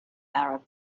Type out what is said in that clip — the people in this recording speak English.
arab